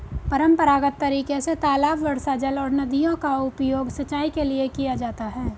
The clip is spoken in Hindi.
परम्परागत तरीके से तालाब, वर्षाजल और नदियों का उपयोग सिंचाई के लिए किया जाता है